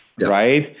right